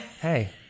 Hey